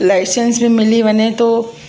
licence बि मिली वञे थो